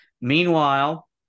Meanwhile